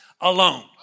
alone